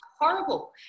horrible